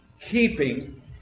keeping